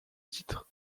titre